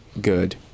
good